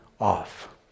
off